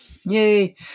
Yay